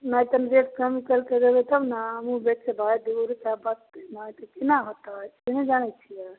नहि तनि रेट कम करिके देबै तब ने हमहूँ बेचबै दुइ गो रुपैआ बचतै नहि तऽ कोना होतै से नहि जाने छिए